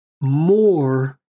more